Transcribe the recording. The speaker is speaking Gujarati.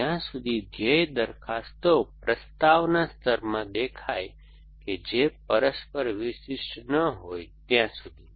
જ્યાં સુધી ધ્યેય દરખાસ્તો પ્રસ્તાવના સ્તરમાં દેખાય કે જે પરસ્પર વિશિષ્ટ ન હોય ત્યાં સુધી